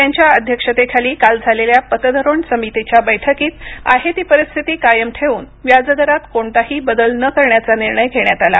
त्यांच्या अध्यक्षतेखाली काल झालेल्या पतधोरण समितीच्या बैठकीत आहे ती परीस्थिती कायम ठेवून व्याजदरात कोणताही बदल न करण्याचा निर्णय घेण्यात आला